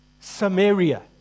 Samaria